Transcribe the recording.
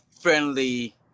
friendly